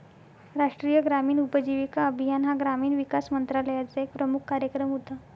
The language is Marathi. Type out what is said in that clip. राष्ट्रीय ग्रामीण उपजीविका अभियान हा ग्रामीण विकास मंत्रालयाचा एक प्रमुख कार्यक्रम होता